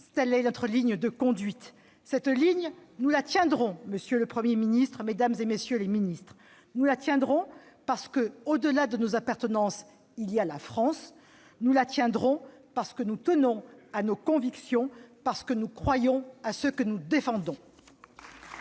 telle est notre ligne de conduite. Cette ligne, nous la tiendrons, monsieur le Premier ministre, mesdames, messieurs les ministres. Nous la tiendrons parce que, au-delà de nos appartenances, il y a la France. Nous la tiendrons parce que nous tenons à nos convictions et nous croyons à ce que nous défendons.